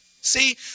See